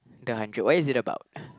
the Hundred what is it about